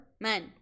Men